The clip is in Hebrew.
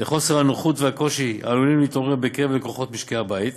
לחוסר הנוחות ולקושי העלולים להתעורר בקרב לקוחות משקי הבית,